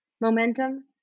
momentum